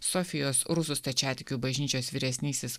sofijos rusų stačiatikių bažnyčios vyresnysis